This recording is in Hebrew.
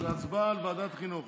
אז זה הצבעה על ועדת חינוך.